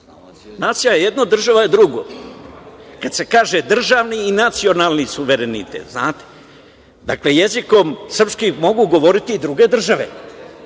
Nacija je jedno, država je drugo. Kada se kaže državni i nacionalni suverenitet. Jezikom srpskim mogu govori i druge države,